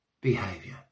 behavior